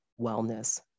wellness